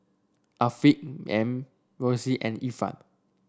Afiq M Roxy and Ifan